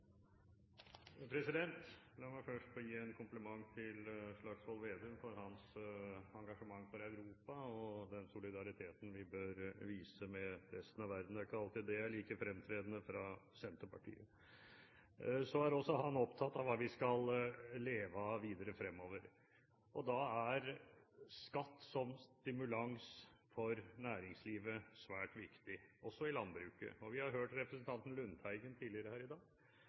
den solidariteten vi bør vise resten av verden. Det er ikke alltid det er like fremtredende fra Senterpartiet. Så er også han opptatt av hva vi skal leve av videre fremover. Da er skatt som stimulans for næringslivet svært viktig, også i landbruket. Vi har hørt representanten Lundteigen tidligere her i dag.